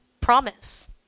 promise